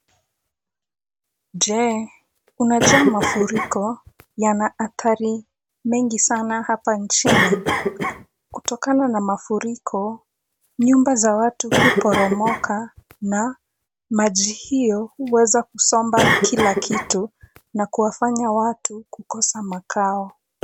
Je, unajua mafuriko yana hatari mengi sana hapa nchini. Kutokana na mafuriko nyumba za watu hupororomoka na maji hiyo huweza kusomba kila kitu na kuwafanya watu kukosa makao.